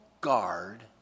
guard